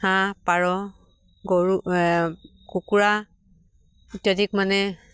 হাঁহ পাৰ গৰু কুকুৰা ইত্যাদিক মানে